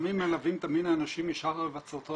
הסמים מלווים את המין האנושי משחר היווצרו.